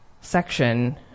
section